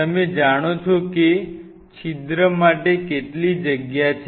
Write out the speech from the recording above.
તમે જાણો છો કે છિદ્ર માટે કેટલી જગ્યા છે